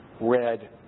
red